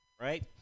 right